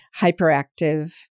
hyperactive